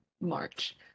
March